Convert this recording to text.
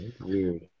weird